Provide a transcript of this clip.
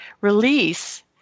release